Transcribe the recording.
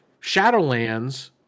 Shadowlands